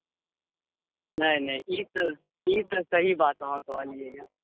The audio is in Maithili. नहि नहि ई तऽ सही बात अहाँ कहलियै यऽ